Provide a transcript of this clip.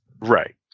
Right